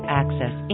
access